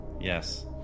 Yes